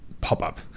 pop-up